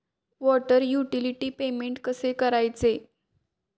Water utility payment कसे करायचे?